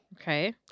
Okay